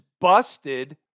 busted